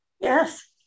Yes